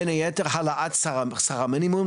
בין היתר העלאת שכר המינימום,